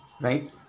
right